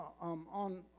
on